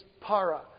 para